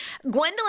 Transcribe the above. Gwendolyn